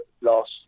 last